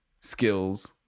skills